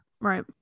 Right